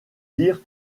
lire